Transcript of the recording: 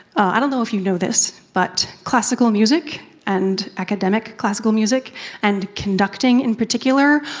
i don't know if you know this, but classical music and academic classical music and conducting, in particular,